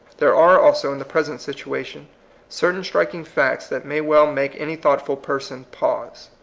there are also in the present situation certain striking facts that may well make any thoughtful person pause.